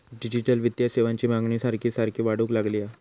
digital वित्तीय सेवांची मागणी सारखी सारखी वाढूक लागली हा